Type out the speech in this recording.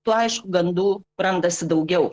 tuo aišku gandų randasi daugiau